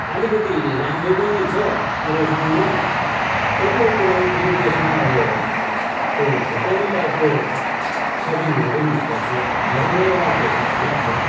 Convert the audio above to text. अलिकति राम्रै पनि छ अहिलेको समयमा कतिवटा कुरामा फेरि त्यसमा अब त्यो झुक्याउने टाइपको सपिङहरू पनि हुँदोरहेछ भनेर मलाई लाग्दैछ लाग्छ